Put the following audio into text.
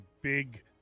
big